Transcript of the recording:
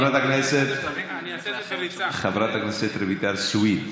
חברת הכנסת רויטל סויד,